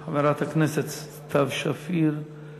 חברת הכנסת סתיו שפיר,